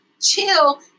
chill